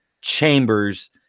Chambers